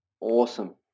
Awesome